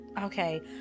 Okay